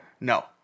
No